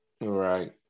Right